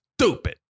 Stupid